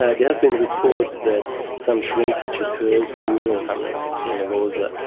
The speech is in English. ah there have been reports that some shrinkage occurs during anorexia nervosa,